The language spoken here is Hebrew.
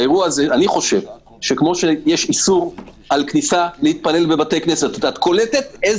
אני חושב שכמו שיש איסור על כניסה להתפלל בבתי כנסת את קולטת?